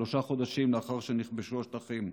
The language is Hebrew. שלושה חודשים לאחר שנכבשו השטחים: